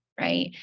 Right